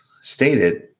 stated